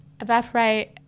evaporate